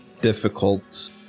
difficult